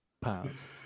Pounds